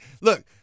Look